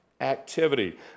activity